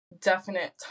definite